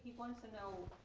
wants to know,